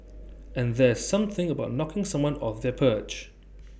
and there's something about knocking someone off their perch